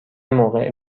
موقع